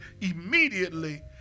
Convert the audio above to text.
immediately